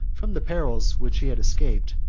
from the perils which he had escaped,